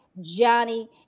Johnny